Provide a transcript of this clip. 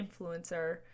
influencer